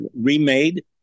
remade